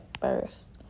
first